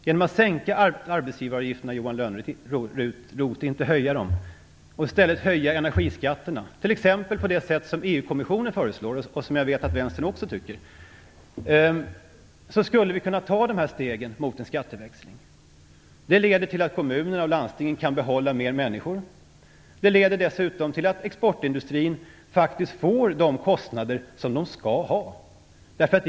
Genom att sänka arbetsgivaravgifterna, Johan Lönnroth, inte höja dem, och i stället höja energiskatterna, t.ex. på det sätt som EU kommissionen föreslår och som jag vet att vänstern också förespråkar, skulle vi kunna ta dessa steg mot en skatteväxling. Det leder till att kommunerna och landstingen kan behålla mer människor. Det leder dessutom till att exportindustrin faktiskt får de kostnader som den skall ha.